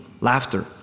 Laughter